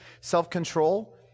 self-control